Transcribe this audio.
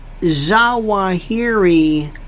Zawahiri